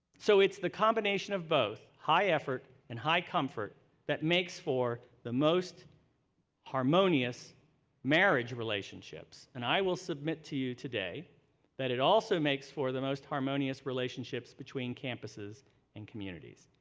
so, it's the combination of both high effort and high comfort that makes for the most harmonious marriage relationships and i will submit to you today that it also makes for the most harmonious relationships between campuses and communities.